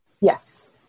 Yes